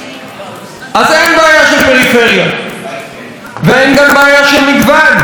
אז אין בעיה של פריפריה, ואין גם בעיה של מגוון.